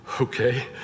Okay